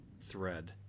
thread